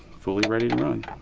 fully ready to